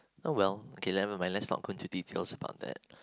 oh well okay never mind let's talk into detail about that